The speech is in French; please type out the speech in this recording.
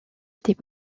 était